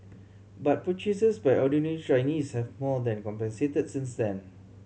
but purchases by ordinary Chinese have more than compensated since then